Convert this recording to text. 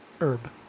herb